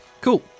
Cool